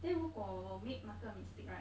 then 如果我 make 那个 mistake right